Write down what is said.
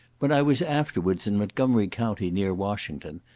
when i was afterwards in montgomery county, near washington,